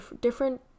different